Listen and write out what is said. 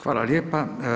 Hvala Lijepa.